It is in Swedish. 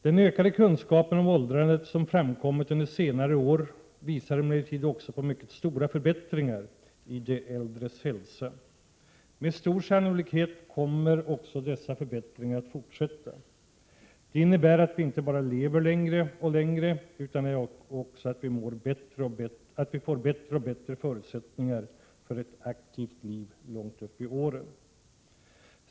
Den ökande kunskap om åldrandet som framkommit under senare år visar emellertid också på mycket stora förbättringar i de äldres hälsa. Med stor sannolikhet kommer också dessa förbättringar att fortsätta. Det innebär att vi inte bara lever längre och längre utan att vi också får bättre och bättre förutsättningar för ett aktivt liv långt upp i åren.